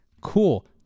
Cool